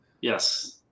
Yes